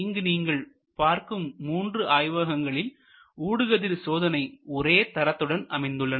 இங்கு நீங்கள் பார்க்கும் மூன்று ஆய்வகங்களில் ஊடுகதிர் சோதனை ஒரே தரத்துடன் அமைந்துள்ளன